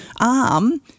arm